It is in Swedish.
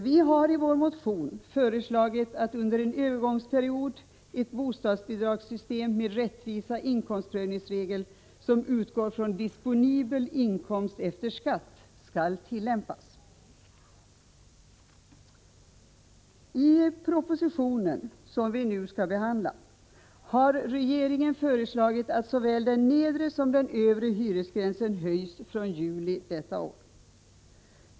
Vi har i vår motion föreslagit att under en övergångsperiod ett bostadsbidragssystem med rättvisa inkomstprövningsregler som utgår från disponibel inkomst efter skatt skall tillämpas. I propositionen, som ligger till grund för det betänkande som vi nu behandlar, har regeringen föreslagit att såväl den nedre som den övre hyresgränsen höjs från den 1 juli detta år.